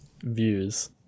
views